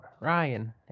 Ryan